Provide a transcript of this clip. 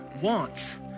wants